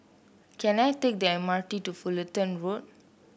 can I take the M R T to Fullerton Road